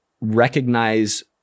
recognize